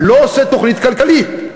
לא עושה תוכנית כלכלית.